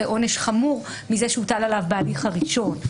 לעונש חמור מזה שהוטל עליו בהליך הראשון.